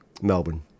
Melbourne